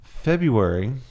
February